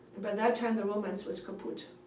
by that time, the romance was kaput.